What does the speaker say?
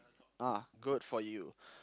ah good for you